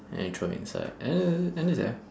then you throw inside and then then that's it lah